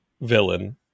villain